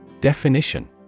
Definition